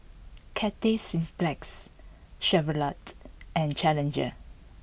Cathay Cineplex Chevrolet and Challenger